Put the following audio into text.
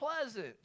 pleasant